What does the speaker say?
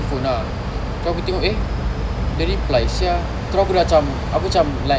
my phone ah terus aku tengok eh dia reply sia terus aku dah cam aku cam like